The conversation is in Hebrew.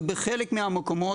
ובחלק מהמקומות,